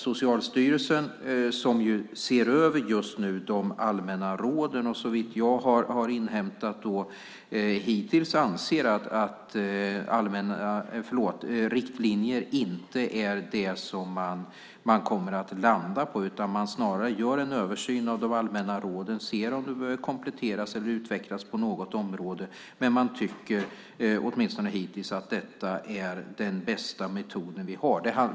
Socialstyrelsen ser just nu över de allmänna råden och anser såvitt jag har inhämtat hittills att riktlinjer inte är det som man kommer att landa på. Snarare gör man en översyn av de allmänna råden och ser om de behöver kompletteras eller utvecklas på något område. Men man tycker, åtminstone hittills, att detta är den bästa metod vi har.